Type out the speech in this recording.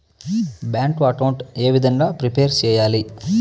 Bank account ఏ విధంగా prepare సెయ్యాలి?